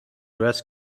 dress